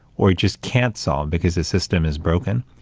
or you just can't solve because the system is broken,